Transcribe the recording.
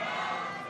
כהצעת הוועדה,